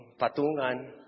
patungan